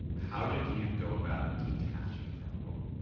how did you go about detaching from hope?